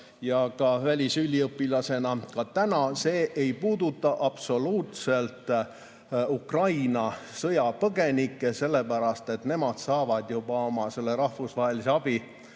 ja ka välisüliõpilastena, [tulevad] ka täna. See ei puuduta absoluutselt Ukraina sõjapõgenikke, sellepärast et nemad saavad oma rahvusvahelise abi